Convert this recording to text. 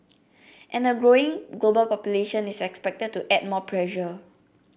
and a growing global population is expected to add more pressure